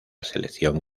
selección